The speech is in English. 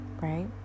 right